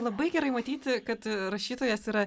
labai gerai matyti kad rašytojas yra